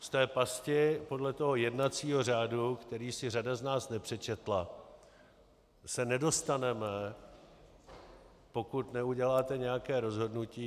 Z té pasti podle jednacího řádu, který si řada z nás nepřečetla, se nedostaneme, pokud neuděláte nějaké rozhodnutí.